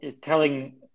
telling